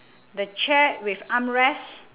the chair with armrest